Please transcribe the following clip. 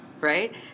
right